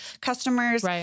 customers